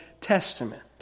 Testament